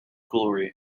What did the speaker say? glory